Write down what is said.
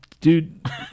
Dude